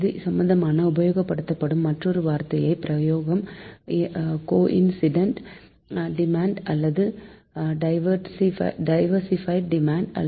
இது சம்பந்தமாக உபயோகிக்கப்படும் மற்றோரு வார்த்தை பிரயோகம் கோஇன்சிடென்ட் டிமாண்ட் அல்லது டைவர்ஸிபைடு டிமாண்ட்